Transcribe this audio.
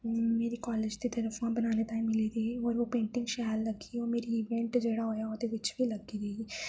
मेरे कॉलेज़ दी तरफा बनाने ताहीं मिली दी ही मगर ओह् पेंटिंग शैल लगी ओह् मेरी इवेंट जेह्ड़ा होया ओह्दे बिच बी लग्गी दी ही